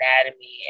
anatomy